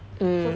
mm